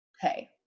hey